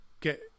get